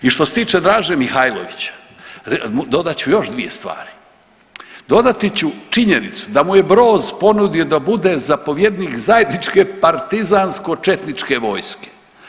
I što se tiče Draže Mihajlovića dodat ću još dvije stvari, dodati ću činjenicu da mu je Broz ponudio da bude zapovjednik zajedničke partizansko-četničke vojske.